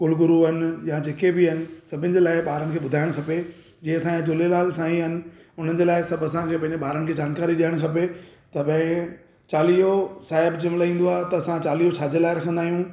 कुलगुरु आहिनि या जेके बि आहिनि सभिनि जे लाइ ॿारनि खे ॿुधाइणु खपे जे असांजे झूलेलाल साईं आहिनि उन्हनि जे लाइ सभु असांखे पंहिंजे ॿारनि खे जानकारी ॾियणु खपे त भई चालीहो साहिब जंहिंमहिल ईंदो आहे त असां चालीहो छाजे लाइ रखंदा आहियूं